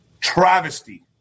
travesty